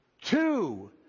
two